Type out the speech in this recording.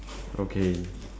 okay